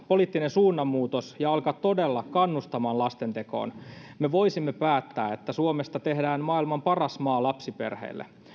poliittinen suunnanmuutos ja alkaa todella kannustamaan lastentekoon me voisimme päättää että suomesta tehdään maailman paras maa lapsiperheille